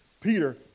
Peter